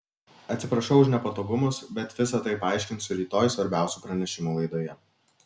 atsiprašau už nepatogumus bet visa tai paaiškinsiu rytoj svarbiausių pranešimų laidoje